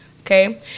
okay